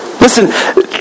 Listen